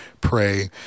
pray